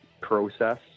process